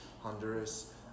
Honduras